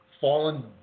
fallen